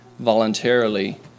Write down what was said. Voluntarily